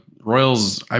Royals